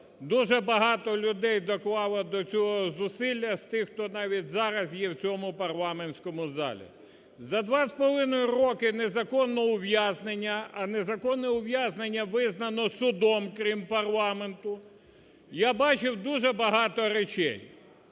дуже багато людей доклало до цього зусилля, з тих, хто навіть зараз є в цьому парламентському залі. За два з половиною роки незаконного ув'язнення, а незаконне ув'язнення визнано судом, крім парламенту, я бачив дуже багато речей.